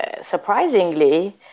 surprisingly